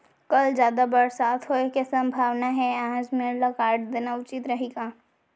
कल जादा बरसात होये के सम्भावना हे, आज मेड़ ल काट देना उचित रही का?